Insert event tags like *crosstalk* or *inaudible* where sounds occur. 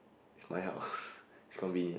is my house *breath* it's convenient